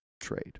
Trade